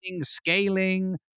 scaling